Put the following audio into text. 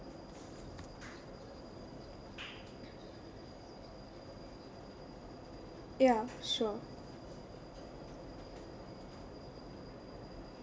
ya sure